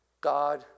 God